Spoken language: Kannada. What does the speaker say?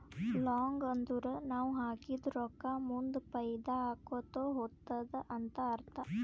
ಲಾಂಗ್ ಅಂದುರ್ ನಾವ್ ಹಾಕಿದ ರೊಕ್ಕಾ ಮುಂದ್ ಫೈದಾ ಆಕೋತಾ ಹೊತ್ತುದ ಅಂತ್ ಅರ್ಥ